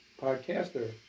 Podcaster